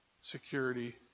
security